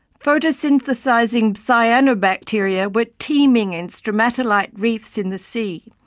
photosynthesising cyanobacteria were teeming in stromatolite reefs in the sea,